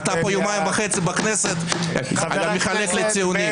אתה פה יומיים וחצי בכנסת, אתה מחלק לי ציונים.